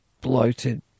bloated